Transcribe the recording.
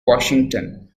washington